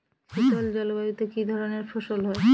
শীতল জলবায়ুতে কি ধরনের ফসল হয়?